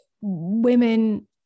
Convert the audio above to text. women